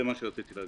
זה מה שרציתי להגיד.